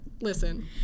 Listen